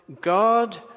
God